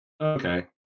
okay